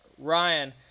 Ryan